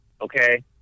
Okay